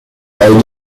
although